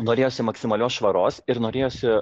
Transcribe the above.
norėjosi maksimalios švaros ir norėjosi